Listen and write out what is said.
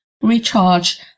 recharge